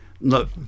Look